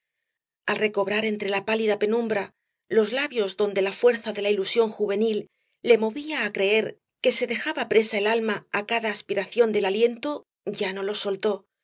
al recobrar entre la pálida penumbra los labios donde la fuerza de la ilusión juvenil le movía á creer que se dejaba presa el alma á cada aspiración del aliento ya no los soltó